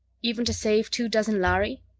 even to save two dozen lhari?